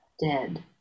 dead